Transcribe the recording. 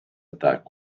attack